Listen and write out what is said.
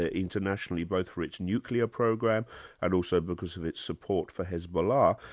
ah internationally both for its nuclear program and also because of its support for hezbollah,